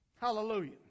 Hallelujah